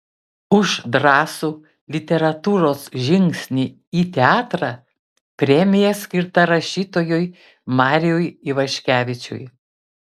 už drąsų literatūros žingsnį į teatrą premija skirta rašytojui mariui ivaškevičiui